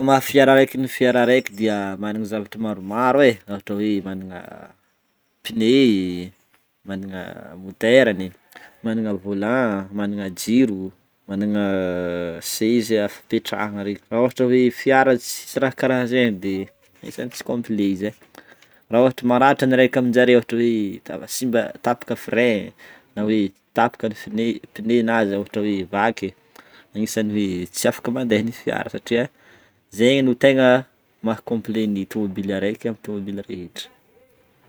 Ny maha fiara araika n'y fiara araika dia magna zavatra maromaro e, ohatra hoe managna pneus, managna moteurany, managna volant, managna jiro, managna seza fipetrahana Io koa, ohatra hoe fiara tsisy ra karahan'zegny de efa tsy complets izy e, ra ohatra maratra n'y araika aminareo ôhatra maratra n'y reka aminjareo ohatra hoe simba- tapaka frein n'a hoe tapaka n'y pneus na ohatra hoe vaky igny zany hoe tsy afaka mandray ny fiara satria zey no tegna maha complet n'y tomobile araiky amin'ny tomobile rehetra.